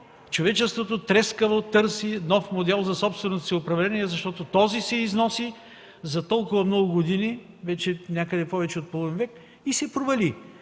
„Човечеството трескаво търси нов модел за собственост и управление, защото този се износи за толкова много години, вече някъде повече от половин век, и се провали”.